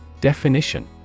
Definition